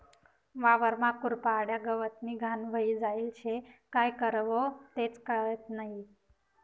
वावरमा कुरपाड्या, गवतनी घाण व्हयी जायेल शे, काय करवो तेच कयत नही?